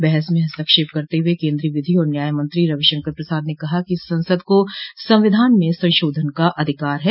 बहस में हस्तक्षेप करते हुए केन्द्रीय विधि और न्याय मंत्री रविशंकर प्रसाद ने कहा कि संसद को संविधान में संशोधन का अधिकार है